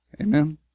Amen